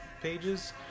pages